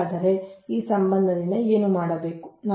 ಹಾಗಾದರೆ ಈ ಸಂಬಂಧದಿಂದ ಏನು ಮಾಡಬೇಕು